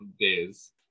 days